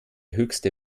höchste